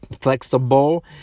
flexible